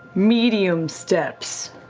medium steps?